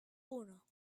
uno